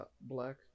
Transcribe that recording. Black